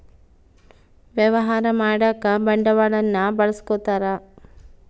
ವ್ಯವಹಾರ ಮಾಡಕ ಬಂಡವಾಳನ್ನ ಬಳಸ್ಕೊತಾರ